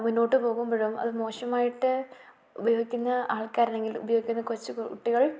മുന്നോട്ട് പോകുമ്പോഴും അത് മോശമായിട്ട് ഉപയോഗിക്കുന്ന ആൾക്കാരല്ലെങ്കിൽ ഉപയോഗിക്കുന്ന കൊച്ചു കുട്ടികൾ